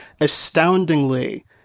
astoundingly